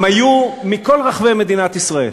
הם היו מכל רחבי מדינת ישראל.